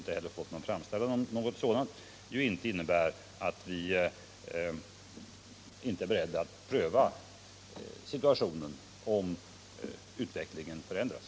inte heller fått någon framställning härom — inte innebär att vi inte är beredda att pröva situationen om läget förändras.